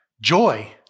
Joy